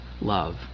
love